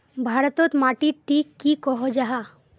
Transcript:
भारत तोत माटित टिक की कोहो जाहा?